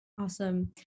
Awesome